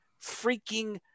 freaking